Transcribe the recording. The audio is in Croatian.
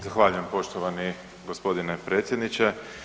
Zahvaljujem, poštovani g. predsjedniče.